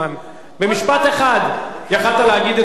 במשפט אחד יכולת להגיד את הכול.